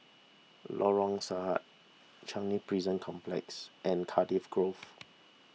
Lorong Sahad Changi Prison Complex and Cardiff Grove